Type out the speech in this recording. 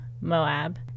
moab